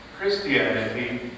Christianity